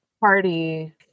party